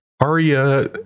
Arya